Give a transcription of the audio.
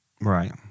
Right